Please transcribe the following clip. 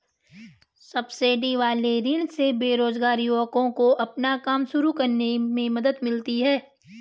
subsidy वाले ऋण से बेरोजगार युवाओं को अपना काम शुरू करने में मदद मिलती है